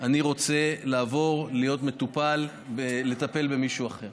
אני רוצה לעבור לטפל במישהו אחר.